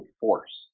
force